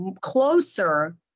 closer